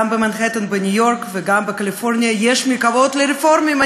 גם במנהטן בניו-יורק וגם בקליפורניה יש מקוואות לרפורמים.